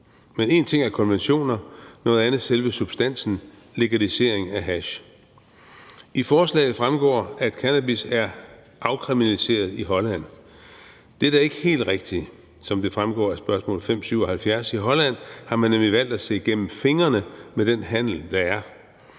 Men én ting er konventioner, noget andet er selve substansen, legalisering af hash. I forslaget fremgår det, at cannabis er afkriminaliseret i Holland. Dette er ikke helt rigtigt, som det fremgår af spørgsmål nr. 577. I Holland har man nemlig valgt at se gennem fingre med den handel, der er.